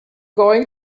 going